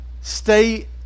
stay